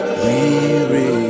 weary